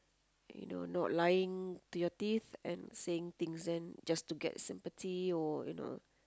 you know not lying to your teeth and saying things then just to get sympathy or you know